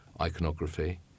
iconography